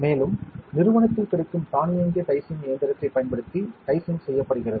மேலும் நிறுவனத்தில் கிடைக்கும் தானியங்கி டைசிங் இயந்திரத்தைப் பயன்படுத்தி டைசிங் செய்யப்படுகிறது